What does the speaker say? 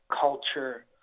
culture